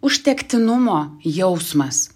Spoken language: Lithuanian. uštektinumo jausmas